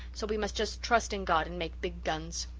so we must just trust in god and make big guns.